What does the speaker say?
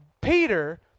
Peter